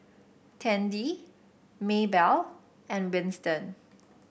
Tandy Maebell and Winston